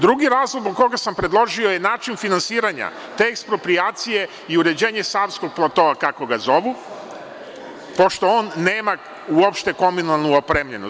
Drugi razlog zbog koga sam predložio je način finansiranja te eksproprijacije i uređenje Savskog platoa, kako ga zovu, pošto on nema uopšte komunalno opremljenost.